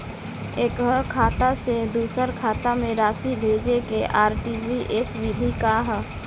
एकह खाता से दूसर खाता में राशि भेजेके आर.टी.जी.एस विधि का ह?